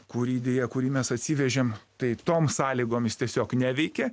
kurį deja kurį mes atsivežėm tai tom sąlygom jis tiesiog neveikė